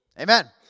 Amen